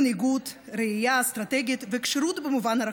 מנהיגות, ראייה אסטרטגית וכשירות במובן הרחב.